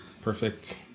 Perfect